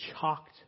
chocked